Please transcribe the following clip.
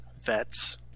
vets